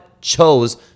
chose